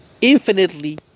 infinitely